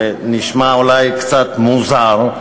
זה נשמע אולי קצת מוזר,